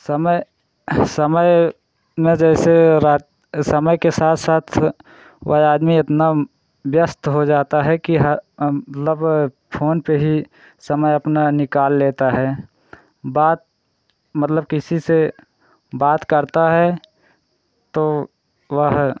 समय समय में जैसे वो रत अ समय के साथ साथ स वह आदमी इतना व्यस्त हो जाता है कि ह अंह मतलब फ़ोन पर ही समय अपना निकाल लेता है बात मतलब किसी से बात करता है तो वह